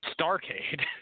Starcade